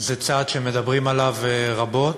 זה צעד שמדברים עליו רבות,